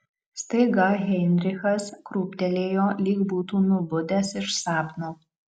staiga heinrichas krūptelėjo lyg būtų nubudęs iš sapno